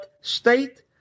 state